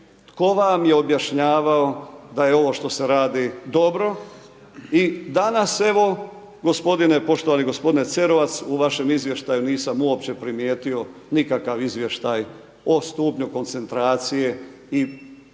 Tko vam je objašnjavao da ovo što se radi dobro. I danas evo gospodine, poštovani gospodine Cerovac, u vašem izvještaju nisam uopće primijetio nikakav izvještaj o stupnju koncentracije i tržišnog